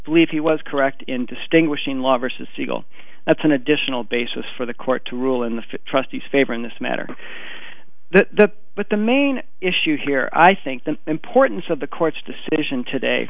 believe he was correct in distinguishing law versus eagle that's an additional basis for the court to rule in the fifth trustees favor in this matter the but the main issue here i think the importance of the court's decision today